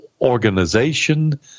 organization